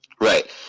right